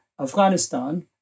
Afghanistan